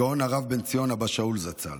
הגאון הרב בן ציון אבא שאול זצ"ל,